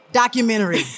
documentary